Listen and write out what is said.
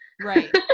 Right